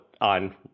on